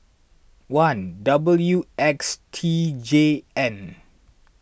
one W X T J N